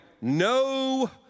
no